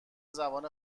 زبان